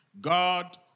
God